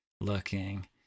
looking